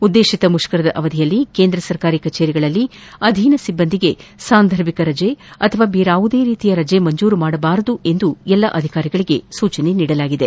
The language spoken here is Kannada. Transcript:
ಉದ್ದೇಶಿತ ಮುಷ್ಕರದ ಅವಧಿಯಲ್ಲಿ ಕೇಂದ್ರ ಸರ್ಕಾರಿ ಕಚೇರಿಗಳಲ್ಲಿ ಅಧೀನ ಿಬ್ಬಂದಿಗೆ ಕ್ಯಾಷುವಲ್ ಲೀವ್ ಅಥವಾ ಬೇರ್ಚಾವುದೇ ರೀತಿಯ ರಜೆ ಮಂಜೂರು ಮಾಡಬಾರದು ಎಂದು ಎಲ್ಲಾ ಅಧಿಕಾರಿಗಳಿಗೆ ಸೂಚಿಸಲಾಗಿದೆ